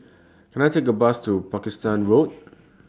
Can I Take A Bus to Pakistan Road